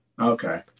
okay